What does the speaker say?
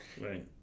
Right